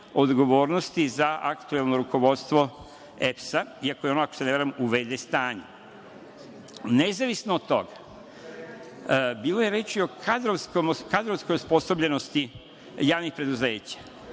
odgovornosti za aktuelno rukovodstvo EPS, iako je ono, ako se ne varam, u VD stanju. Nezavisno od toga, bilo je reči o kadrovskoj osposobljenosti javnih preduzeća.